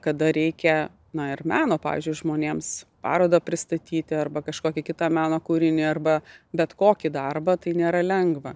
kada reikia na ir meno pavyzdžiui žmonėms parodą pristatyti arba kažkokį kitą meno kūrinį arba bet kokį darbą tai nėra lengva